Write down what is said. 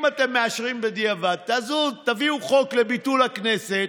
אם אתם מאשרים בדיעבד, תביאו חוק לביטול הכנסת